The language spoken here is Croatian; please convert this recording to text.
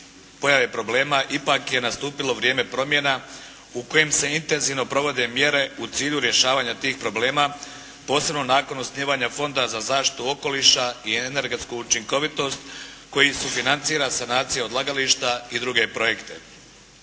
pojave problema ipak je nastupilo vrijeme promjena u kojem se intenzivno provode mjere u cilju rješavanja tih problema, posebno nakon osnivanja Fonda za zaštitu okoliša i energetsku učinkovitost koji sufinancira sanacije odlagališta i druge projekte.